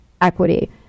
equity